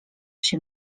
się